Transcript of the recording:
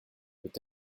peut